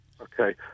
okay